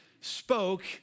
spoke